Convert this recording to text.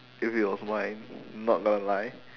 if it was mine not gonna lie